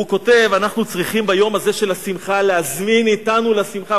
הוא כותב: אנחנו צריכים ביום הזה של השמחה להזמין אתנו לשמחה,